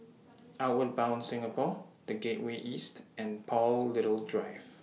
Outward Bound Singapore The Gateway East and Paul Little Drive